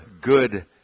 good